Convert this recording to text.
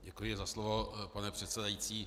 Děkuji za slovo, pane předsedající.